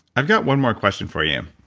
i've got one more question for you,